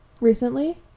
Recently